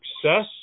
success